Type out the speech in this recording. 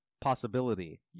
possibility